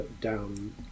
down